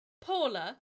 paula